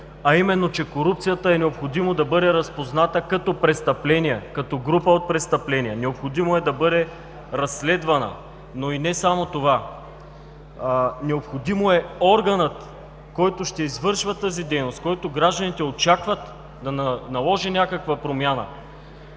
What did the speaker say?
а именно, че корупцията е необходимо да бъде разпозната като престъпление, като група престъпления, необходимо е да бъде разследвана. Но и не само това. Необходимо е органът, който ще извършва тази дейност, който гражданите очакват да наложи някаква промяна,